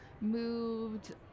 moved